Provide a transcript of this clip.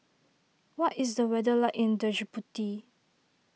what is the weather like in Djibouti